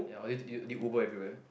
ya did you Uber everywhere